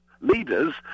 leaders